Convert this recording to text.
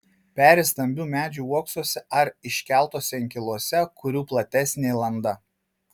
peri stambių medžių uoksuose ar iškeltuose inkiluose kurių platesnė landa